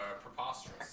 preposterous